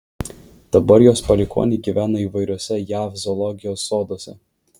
dabar jos palikuoniai gyvena įvairiuose jav zoologijos soduose